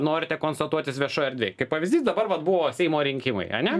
norite konstatuotis viešoj erdvėj kaip pavyzdys dabar vat buvo seimo rinkimai ane